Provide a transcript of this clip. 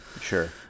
Sure